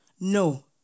No